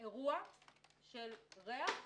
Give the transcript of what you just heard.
אירוע של ריח,